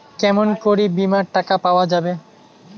কেমন করি বীমার টাকা পাওয়া যাবে?